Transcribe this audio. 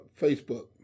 Facebook